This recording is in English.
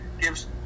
gives